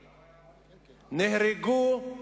נהרגו,